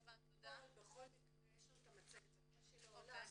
--- יש לנו את המצגת אבל היא לא עולה.